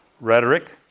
rhetoric